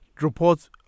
reports